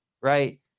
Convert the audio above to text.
right